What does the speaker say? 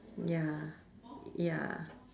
ya ya